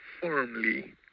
firmly